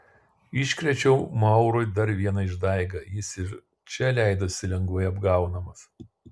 iškrėčiau maurui dar vieną išdaigą jis ir čia leidosi lengvai apgaunamas